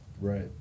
Right